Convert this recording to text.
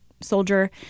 soldier